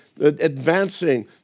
advancing